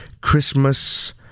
Christmas